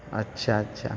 اچھا اچھا